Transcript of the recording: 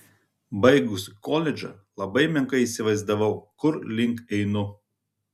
baigusi koledžą labai menkai įsivaizdavau kur link einu